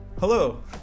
Hello